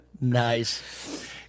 Nice